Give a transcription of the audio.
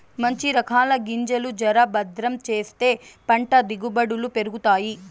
మంచి రకాల గింజలు జర భద్రం చేస్తే పంట దిగుబడులు పెరుగుతాయి